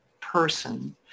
person